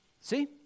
See